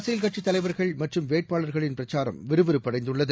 அரசியல் கட்சித் தலைவர்கள் மற்றும் வேட்பாளர்களின் பிரச்சாரம் விறுவிறப்படைந்துள்ளது